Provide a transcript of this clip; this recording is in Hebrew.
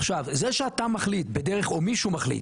עכשיו זה שאתה מחליט בדרך או מישהו מחליט,